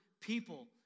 people